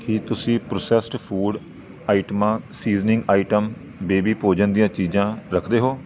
ਕੀ ਤੁਸੀਂ processed food ਆਈਟਮਾਂ seasoning item baby ਭੋਜਨ ਦੀਆਂ ਚੀਜ਼ਾਂ ਰੱਖਦੇ ਹੋ